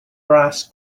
brass